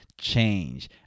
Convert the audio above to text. change